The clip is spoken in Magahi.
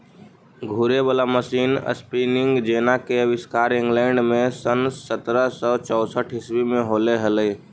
घूरे वाला मशीन स्पीनिंग जेना के आविष्कार इंग्लैंड में सन् सत्रह सौ चौसठ ईसवी में होले हलई